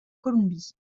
colombie